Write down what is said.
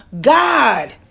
God